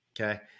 okay